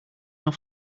nor